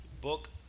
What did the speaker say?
book